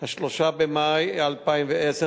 3 במאי 2010,